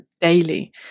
daily